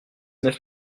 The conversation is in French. neuf